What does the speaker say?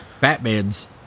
Batman's